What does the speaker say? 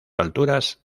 alturas